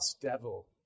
devil